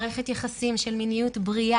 את הכלים קודם כל לנהל מערכת יחסים של מיניות בריאה,